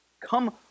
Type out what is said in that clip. Come